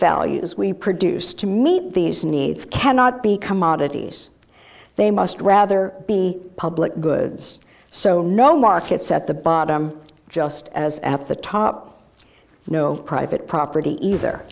values we produce to meet these needs cannot be commodities they must rather be public goods so no markets at the bottom just as at the top no private property either